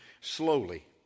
slowly